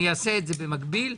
אעשה זאת במקביל.